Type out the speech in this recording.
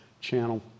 channel